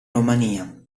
romania